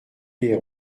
les